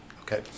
Okay